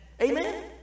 Amen